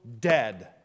dead